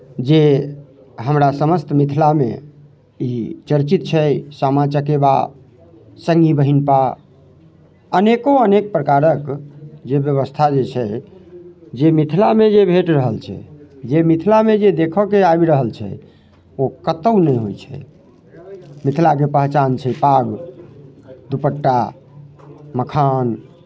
जे हमरा समस्त मिथिलामे ई चर्चित छै सामा चकेबा सङ्गी बहिनपा अनेको अनेक प्रकारक जे व्यवस्था जे छै जे मिथिलामे जे भेट रहल छै जे मिथिलामे जे देखयके आबि रहल छै ओ कतहु नहि होइत छै मिथिलाके पहचान छै पाग दुपट्टा मखान